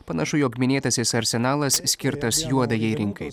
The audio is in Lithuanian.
panašu jog minėtasis arsenalas skirtas juodajai rinkai